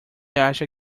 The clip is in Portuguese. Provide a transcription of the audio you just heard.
acha